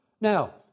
Now